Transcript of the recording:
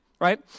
right